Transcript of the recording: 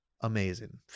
Amazing